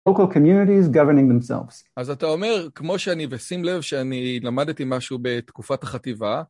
אז אתה אומר כמו שאני, ושים לב שאני למדתי משהו בתקופת החטיבה.